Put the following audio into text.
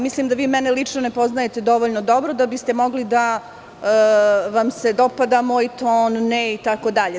Mislim da vi mene lično ne poznajete dovoljno dobro da biste mogli da vam se dopada moj ton ili ne.